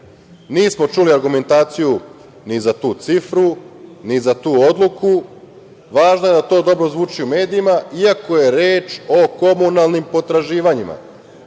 Nismo čuli argumentaciju ni za tu cifru, ni za tu odluku, važno je da to dobro zvuči u medijima iako je reč o komunalnim potraživanjima. Najveći